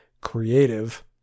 creative